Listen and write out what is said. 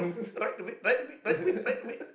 right a bit right a bit right a bit right a bit